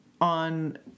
on